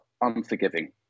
unforgiving